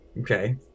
Okay